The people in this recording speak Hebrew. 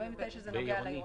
49 זה נוגע לעירוני.